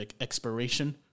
expiration